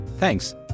Thanks